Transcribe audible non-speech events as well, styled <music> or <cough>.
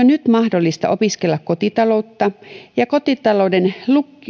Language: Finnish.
<unintelligible> nyt mahdollista opiskella kotitaloutta ja kotitalouden